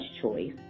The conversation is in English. choice